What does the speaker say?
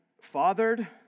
fathered